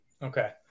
Okay